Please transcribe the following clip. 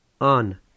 on